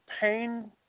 pain –